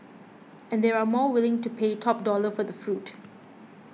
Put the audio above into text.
and they are more willing to pay top dollar for the fruit